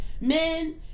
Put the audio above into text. men